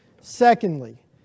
Secondly